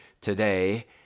today